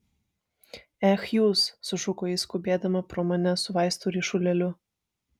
ech jūs sušuko ji skubėdama pro mane su vaistų ryšulėliu